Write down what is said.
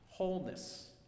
wholeness